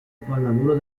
pallavolo